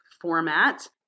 format